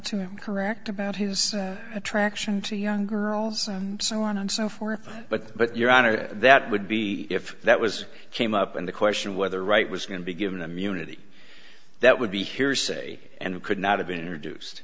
know correct about his attraction to young girls and so on and so forth but but your honor that would be if that was came up in the question of whether wright was going to be given immunity that would be hearsay and could not have been introduced